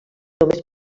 només